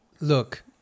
Look